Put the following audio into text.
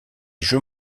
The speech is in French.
jeux